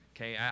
okay